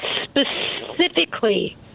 specifically